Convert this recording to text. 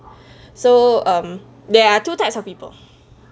so um there are two types of people